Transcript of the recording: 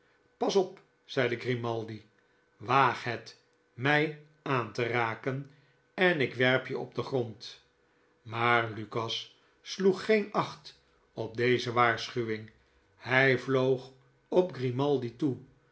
pas op zeide grimaldi waag het mij aan te raken en ik werp je op den grond maar lukas sloeg geen acht op deze waarschuwing hij vloog op grimaldi toe